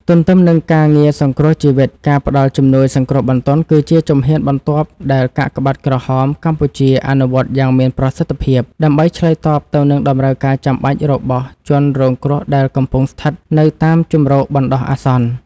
ទន្ទឹមនឹងការងារសង្គ្រោះជីវិត ការផ្ដល់ជំនួយសង្គ្រោះបន្ទាន់គឺជាជំហានបន្ទាប់ដែលកាកបាទក្រហមកម្ពុជាអនុវត្តយ៉ាងមានប្រសិទ្ធភាព ដើម្បីឆ្លើយតបទៅនឹងតម្រូវការចាំបាច់របស់ជនរងគ្រោះដែលកំពុងស្ថិតនៅតាមជម្រកបណ្ដោះអាសន្ន។